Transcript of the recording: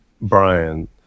Brian